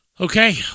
Okay